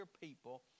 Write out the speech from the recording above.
people